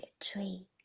tree